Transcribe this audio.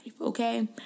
okay